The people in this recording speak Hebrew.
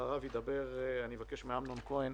אחריו אבקש מאמנון כהן,